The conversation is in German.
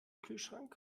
kühlschrank